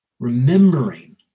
Remembering